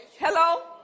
Hello